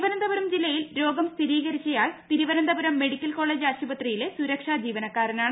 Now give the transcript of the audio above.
തിരുവനന്തപുരം ജില്ലയിൽ രോഗം സ്ഥിരീകരിച്ചയാൾ തിരുവനന്തപുരം മെഡിക്കൽ കോളേജ് ആശുപത്രിയിലെ സുരക്ഷാ ജീവനക്കാരനാണ്